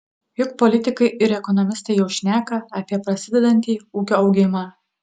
juk politikai ir ekonomistai jau šneka apie prasidedantį ūkio augimą